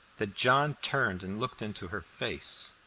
that john turned and looked into her face.